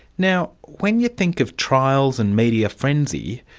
now when you think of trials and media frenzy,